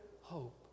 hope